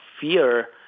fear